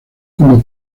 como